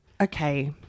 Okay